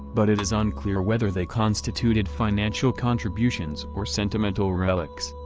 but it is unclear whether they constituted financial contributions or sentimental relics.